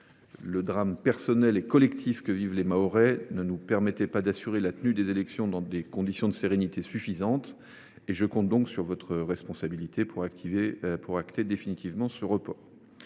Le drame personnel et collectif que vivent les Mahorais ne nous permettait pas d’assurer la tenue des élections dans des conditions de sérénité suffisantes. Je compte donc sur votre responsabilité pour acter définitivement ce report.